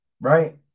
right